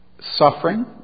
suffering